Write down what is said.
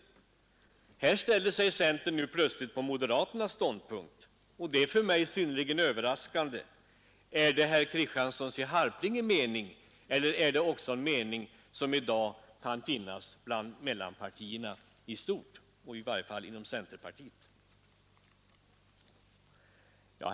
Här ställer sig centern plötsligt på moderaternas ståndpunkt, och det är synnerligen överraskande för mig. Är det herr Kristianssons egen mening eller är det en mening som finns hos mittenpartierna i stort eller i varje fall inom centerpartiet?